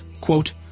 quote